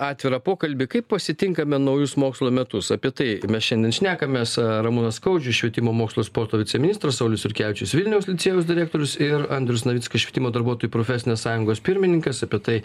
atvirą pokalbį kaip pasitinkame naujus mokslo metus apie tai mes šiandien šnekamės ramūnas skaudžius švietimo mokslo ir sporto viceministras saulius jurkevičius vilniaus licėjaus direktorius ir andrius navickas švietimo darbuotojų profesinės sąjungos pirmininkas apie tai